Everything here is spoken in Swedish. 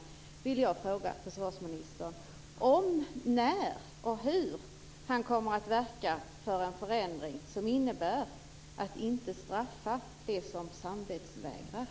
Därför vill jag fråga försvarsministern om, när och hur han kommer att verka för en förändring som innebär att man inte straffar dem som samvetsvägrar.